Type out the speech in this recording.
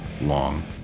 long